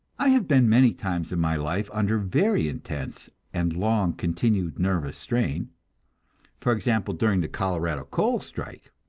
i have been many times in my life under very intense and long continued nervous strain for example, during the colorado coal strike,